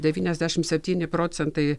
devyniasdešimt septyni procentai